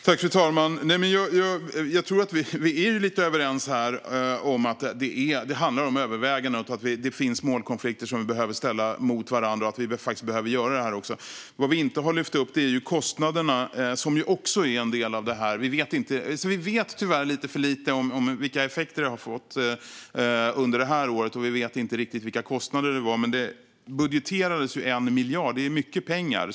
Fru talman! Jag tror att vi är överens här om att det handlar om överväganden, att det finns målkonflikter som vi behöver ställa mot varandra och att vi faktiskt behöver göra det. Vad vi inte har lyft upp är kostnaderna, som också är en del i detta. Vi vet tyvärr lite för lite om effekterna under året, och vi vet inte riktigt vilka kostnader det var. Men det budgeterades 1 miljard, och det är mycket pengar.